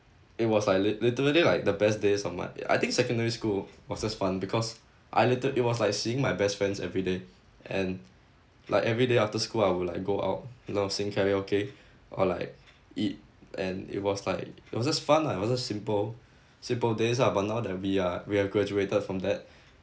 it was like lit~ literally like the best days of my I think secondary school was just fun because I liter~ it was like seeing my best friends everyday and like everyday after school I would like go out you know sing karaoke or like eat and it was like it was just fun lah it was just simple simple days ah but now that we are we have graduated from that